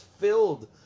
filled